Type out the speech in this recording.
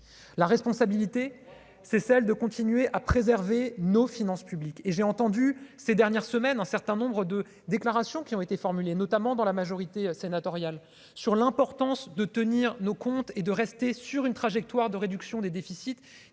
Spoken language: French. la responsabilité, c'est celle de continuer à préserver nos finances publiques et j'ai entendu ces dernières semaines, un certain nombre de déclarations qui ont été formulés notamment dans la majorité sénatoriale sur l'importance de tenir nos comptes et de rester sur une trajectoire de réduction des déficits,